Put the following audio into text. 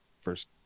first